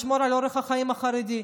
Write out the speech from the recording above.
לשמור על אורח החיים החרדי.